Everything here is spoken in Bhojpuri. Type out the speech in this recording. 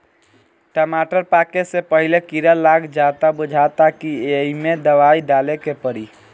टमाटर पाके से पहिले कीड़ा लाग जाता बुझाता कि ऐइमे दवाई डाले के पड़ी